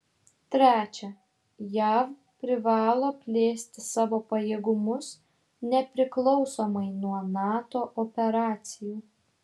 trečia jav privalo plėsti savo pajėgumus nepriklausomai nuo nato operacijų